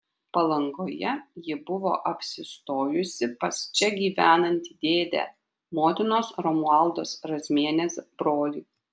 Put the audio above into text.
palangoje ji buvo apsistojusi pas čia gyvenantį dėdę motinos romualdos razmienės brolį